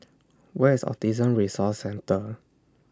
Where IS Autism Resource Centre